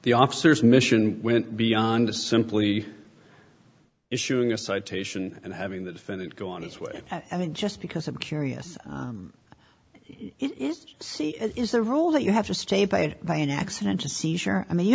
the officers mission went beyond simply issuing a citation and having the defendant go on his way i mean just because i'm curious it is see it is the role that you have to stay paid by an accident a seizure i mean you